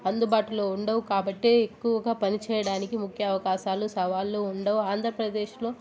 అందుబాటులో ఉండవు కాబట్టే ఎక్కువగా పని చేయడానికి ముఖ్య అవకాశాలు సవాళ్లు ఉండవు ఆంధ్రప్రదేశ్లో